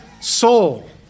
soul